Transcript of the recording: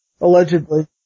Allegedly